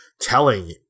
telling